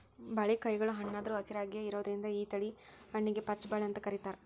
ಬಾಳಿಕಾಯಿಗಳು ಹಣ್ಣಾದ್ರು ಹಸಿರಾಯಾಗಿಯೇ ಇರೋದ್ರಿಂದ ಈ ತಳಿ ಹಣ್ಣಿಗೆ ಪಚ್ಛ ಬಾಳೆ ಅಂತ ಕರೇತಾರ